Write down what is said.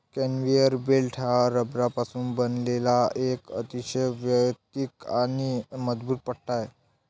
conveyor belt हा रबरापासून बनवलेला एक अतिशय वैयक्तिक आणि मजबूत पट्टा आहे